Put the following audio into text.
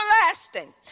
everlasting